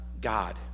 God